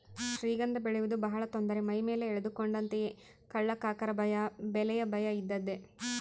ಶ್ರೀಗಂಧ ಬೆಳೆಯುವುದು ಬಹಳ ತೊಂದರೆ ಮೈಮೇಲೆ ಎಳೆದುಕೊಂಡಂತೆಯೇ ಕಳ್ಳಕಾಕರ ಭಯ ಬೆಲೆಯ ಭಯ ಇದ್ದದ್ದೇ